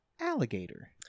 alligator